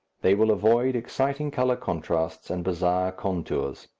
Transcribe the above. they will avoid exciting colour contrasts and bizarre contours.